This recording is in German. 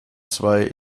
zwei